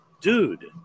dude